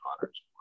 daughter's